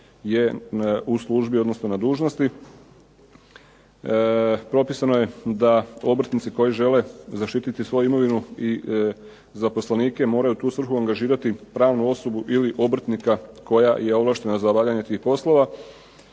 u službi odnosno na dužnosti. Propisano je da obrtnici koji žele zaštititi svoju imovinu i zaposlenike moraju u tu svrhu angažirati pravnu osobu ili obrtnika koja je ovlaštena za obavljanje tih poslova.